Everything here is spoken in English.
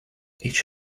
each